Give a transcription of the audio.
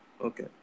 okay